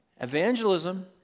evangelism